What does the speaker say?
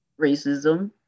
racism